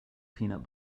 peanut